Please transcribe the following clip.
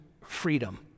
freedom